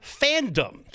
fandom